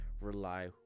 rely